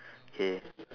K